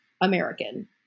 American